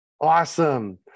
Awesome